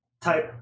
type